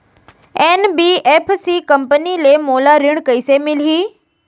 NBFC company ले मोला ऋण कइसे मिलही?